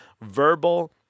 verbal